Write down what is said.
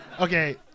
Okay